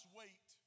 wait